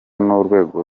n’urwego